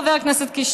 חבר הכנסת קיש,